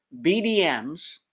BDMs